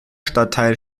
stadtteil